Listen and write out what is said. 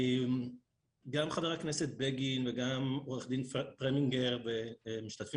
גם חבר הכנסת בגין וגם עו"ד פרמינגר ומשתתפים